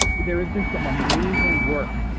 there has been some amazing work,